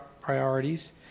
priorities